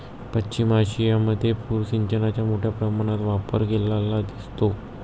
पश्चिम आशियामध्ये पूर सिंचनाचा मोठ्या प्रमाणावर वापर केलेला दिसतो